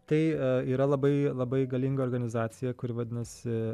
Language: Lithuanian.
tai yra labai labai galinga organizacija kuri vadinasi